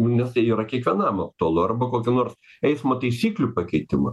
nes tai yra kiekvienam aktualu arba kokio nors eismo taisyklių pakeitimą